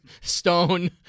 stone